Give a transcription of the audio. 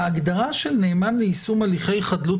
ההגדרה של נאמן ליישום הליכי חדלות